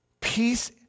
Peace